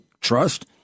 trust